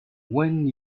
when